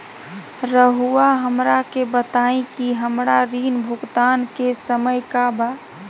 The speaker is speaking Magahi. रहुआ हमरा के बताइं कि हमरा ऋण भुगतान के समय का बा?